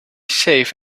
safe